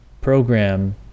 program